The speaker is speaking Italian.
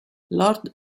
lord